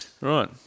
Right